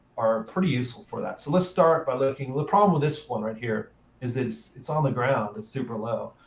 are pretty useful for that. so let's start by looking the problem with this one right here is that it's on the ground. it's super low.